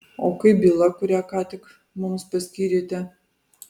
o kaip byla kurią ką tik mums paskyrėte